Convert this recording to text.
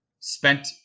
Spent